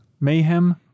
Mayhem